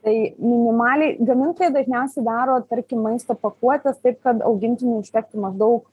tai minimaliai gamintojai dažniausiai daro tarkim maisto pakuotes taip kad augintiniui užtektų maždaug